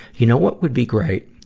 you know what would be great,